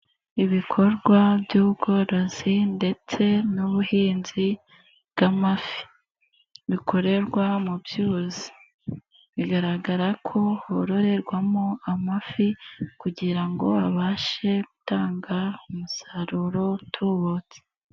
Ibikorwa by'ubworozi ndetse n'ubuhinzi bw'amafi, bikorerwa mu byuzi, bigaragara ko hororerwamo amafi kugira ngo abashe gutanga umusaruro utubutse.